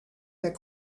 that